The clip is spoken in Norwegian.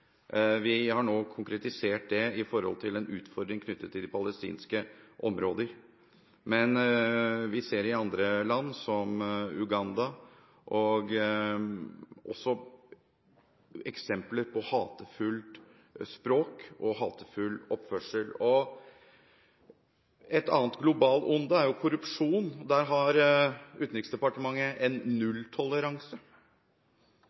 i forhold til en utfordring knyttet til de palestinske områder. Men vi ser i andre land – som Uganda – også eksempler på hatefullt språk og hatefull oppførsel. Et annet globalt onde er jo korrupsjon. Der har Utenriksdepartementet en